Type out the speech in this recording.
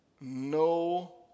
no